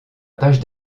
page